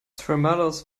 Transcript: tremulous